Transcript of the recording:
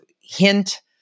hint